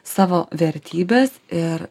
savo vertybes ir